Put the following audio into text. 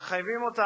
ומחייבות אותה,